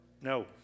No